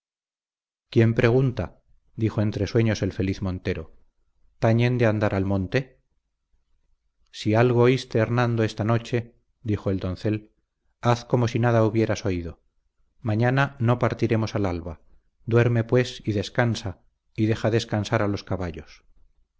quién pregunta dijo entre sueños el feliz montero tañen de andar al monte si algo oíste hernando esta noche dijo el doncel haz como si nada hubieras oído mañana no partiremos al alba duerme pues y descansa y deja descansar a los caballos